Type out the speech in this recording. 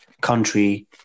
country